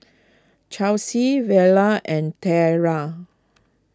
Chelsie Vella and Tayla